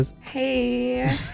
Hey